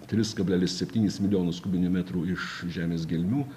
tris kablelis septynis milijonus kubinių metrų iš žemės gelmių